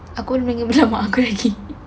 aku belum beritahu mak aku lagi